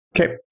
okay